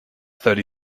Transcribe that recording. thirty